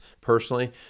personally